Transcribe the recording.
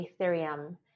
Ethereum